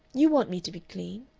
you want me to be clean.